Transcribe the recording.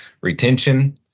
retention